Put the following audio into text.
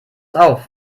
auf